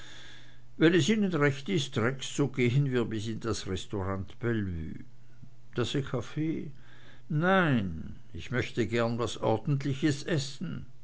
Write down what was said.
wenn es ihnen recht ist rex so gehen wir bis in das restaurant bellevue tasse kaffee nein ich möchte gern was ordentliches essen